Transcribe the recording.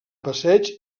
passeig